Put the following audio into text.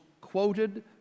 quoted